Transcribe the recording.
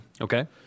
Okay